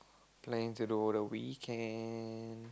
planning to do over the weekend